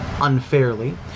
unfairly